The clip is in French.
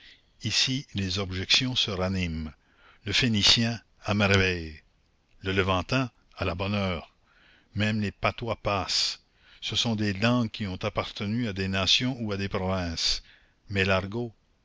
ici les objections se raniment le phénicien à merveille le levantin à la bonne heure même le patois passe ce sont des langues qui ont appartenu à des nations ou à des provinces mais l'argot